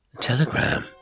telegram